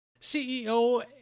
CEO